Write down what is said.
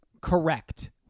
Correct